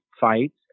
fights